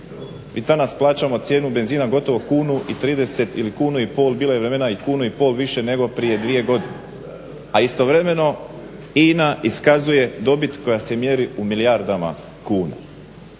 Mi danas plaćamo cijenu benzina gotovo kunu i 30 ili kunu ili pol. Bilo je vremena i kunu i pol više nego prije 2 godina, a istovremeno INA iskazuje dobit koja se mjeri u milijardama kuna.